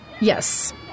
Yes